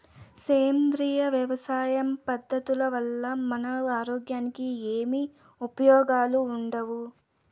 సేంద్రియ వ్యవసాయం పద్ధతుల వల్ల మన ఆరోగ్యానికి ఏమి ఉపయోగాలు వుండాయి?